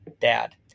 Dad